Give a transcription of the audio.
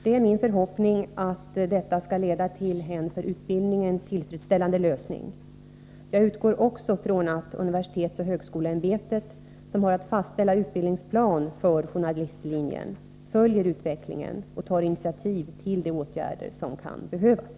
Det är min förhoppning att detta skall leda till en för utbildningen tillfredsställande lösning. Jag utgår också från att universitetsoch högskoleämbetet, som har att fastställa utbildningsplan för journalistlinjen, följer utvecklingen och tar initiativ till de åtgärder som kan behövas.